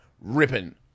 ripping